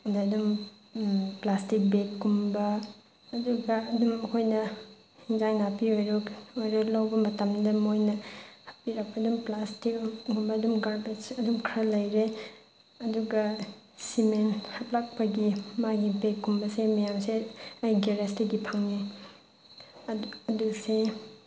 ꯑꯗꯒꯤ ꯑꯗꯨꯝ ꯄ꯭ꯂꯥꯁꯇꯤꯛ ꯕꯦꯛꯀꯨꯝꯕ ꯑꯗꯨꯒ ꯑꯗꯨꯝ ꯑꯩꯈꯣꯏꯅ ꯑꯦꯟꯁꯥꯡ ꯅꯥꯄꯤ ꯑꯣꯏꯔꯣ ꯑꯣꯏꯔꯦ ꯂꯧꯕ ꯃꯇꯝꯗ ꯃꯣꯏꯅ ꯍꯥꯞꯄꯤꯔꯛꯄ ꯑꯗꯨꯝ ꯄ꯭ꯂꯥꯁꯇꯤꯛ ꯀꯨꯝꯕ ꯑꯗꯨꯝ ꯒꯥꯔꯕꯦꯖ ꯑꯗꯨꯝ ꯈꯔ ꯂꯩꯔꯦ ꯑꯗꯨꯒ ꯁꯤꯃꯦꯟ ꯐꯛꯂꯛꯄꯒꯤ ꯃꯥꯒꯤ ꯕꯦꯛꯀꯨꯝꯕꯁꯦ ꯃꯌꯥꯝꯁꯦ ꯑꯩ ꯒꯦꯔꯦꯖꯇꯒꯤ ꯐꯪꯉꯦ ꯑꯗꯨ ꯑꯗꯨꯁꯦ